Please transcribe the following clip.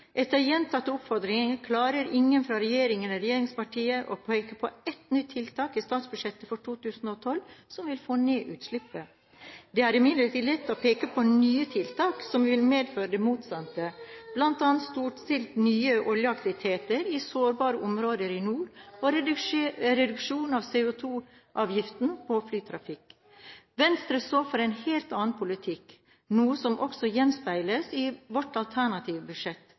Etter gjentatte oppfordringer klarer ingen fra regjeringen eller regjeringspartiene å peke på ett nytt tiltak i statsbudsjettet for 2012 som vil få ned utslippet. Det er imidlertid lett å peke på nye tiltak som vil medføre det motsatte – bl.a. storstilte nye oljeaktiviteter i sårbare områder i nord, og reduksjon av CO2-avgiften på flytrafikk. Venstre står for en helt annen politikk, noe som også gjenspeiles i vårt alternative budsjett.